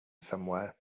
somewhere